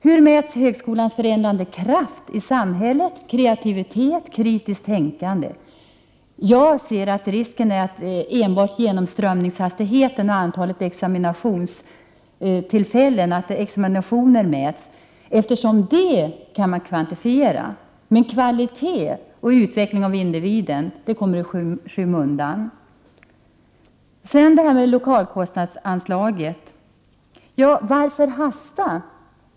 Hur mäts högskolans förändrande kraft i samhället, kreativitet, kritiskt tänkande? Jag ser en risk för att enbart genomströmningshastigheten och antalet examinationer mäts, eftersom detta kan kvantifieras, medan kvalitet och utveckling av individen kommer i skymundan. Sedan till lokalkostnadsanslaget. Varför hasta?